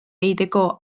egiteko